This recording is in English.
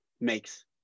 makes